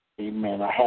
Amen